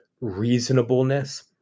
reasonableness